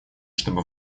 чтобы